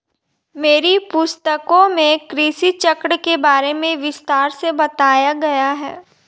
मेरी पुस्तकों में कृषि चक्र के बारे में विस्तार से बताया गया है